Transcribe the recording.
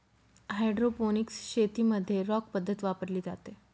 hydroponics शेतीमध्ये rock पद्धत वापरली जाते